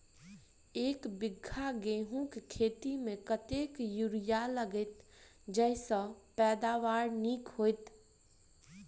एक बीघा गेंहूँ खेती मे कतेक यूरिया लागतै जयसँ पैदावार नीक हेतइ?